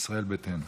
ישראל ביתנו.